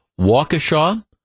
Waukesha